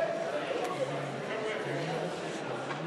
חברי הכנסת,